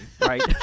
right